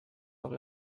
auch